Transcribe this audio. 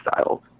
styles